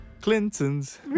Clintons